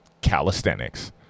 Calisthenics